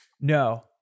no